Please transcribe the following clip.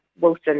Wilson